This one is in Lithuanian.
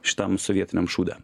šitam sovietiniam šūde